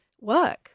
work